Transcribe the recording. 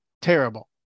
terrible